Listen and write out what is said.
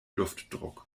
luftdruck